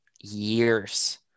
years